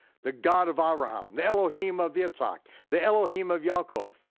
the god of abraham, the elohim of yitzhak, the elohim of yaakov.